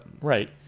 Right